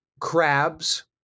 crabs